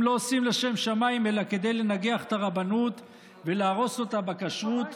הם לא עושים לשם שמיים אלא כדי לנגח את הרבנות ולהרוס אותה בכשרות,